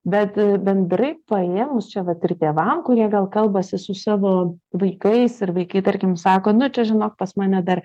bet bendrai paėmus čia vat ir tėvam kurie gal kalbasi su savo vaikais ir vaikai tarkim sako nu čia žinok pas mane dar